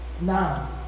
Now